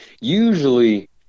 Usually